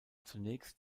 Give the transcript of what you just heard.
zunächst